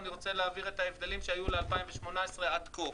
ואני רוצה להבהיר את ההבדלים שהיו ל-2018 עד כה.